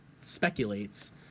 speculates